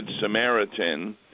Samaritan